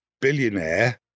billionaire